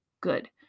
good